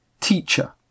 teacher